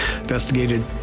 investigated